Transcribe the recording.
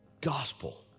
gospel